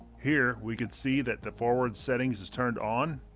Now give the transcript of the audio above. here we could see that the forward settings is turned on,